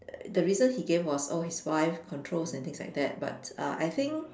uh the reason he gave was oh his wife controls and things like that but uh I think